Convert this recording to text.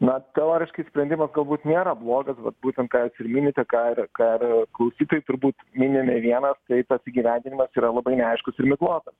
na teoriškai sprendimas galbūt nėra blogas vat būtent ką jūs ir minite ką ir ką ir klausytojai turbūt mini ne vienas tai tas įgyvendinimas yra labai neaiškus ir miglotas